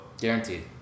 Guaranteed